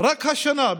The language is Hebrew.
רק השנה,